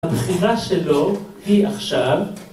‫הבחירה שלו היא עכשיו...